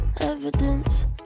evidence